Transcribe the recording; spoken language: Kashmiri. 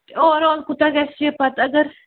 اَوٚوَر آل کوٗتاہ گژھِ یہِ پَتہٕ اگر